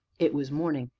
it was morning,